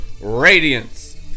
radiance